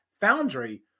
foundry